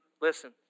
listen